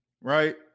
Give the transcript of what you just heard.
right